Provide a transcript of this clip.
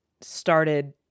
started